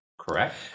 correct